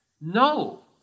No